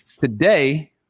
Today